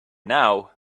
now